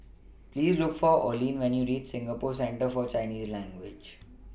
Please Look For Oline when YOU REACH Singapore Centre For Chinese Language